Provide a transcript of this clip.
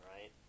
right